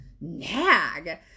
nag